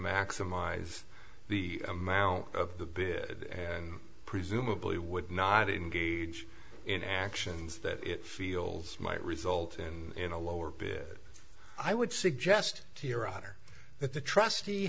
maximize the amount of the bid and presumably would not engage in actions that it feels might result in a lower bid i would suggest to your honor that the trustee